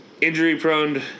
injury-prone